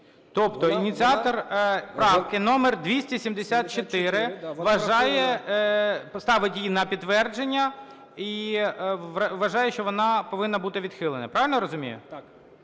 Тобто ініціатор правки номер 274 вважає… ставить її на підтвердження і вважає, що вона повинна бути відхилена. Правильно я розумію?